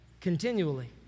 continually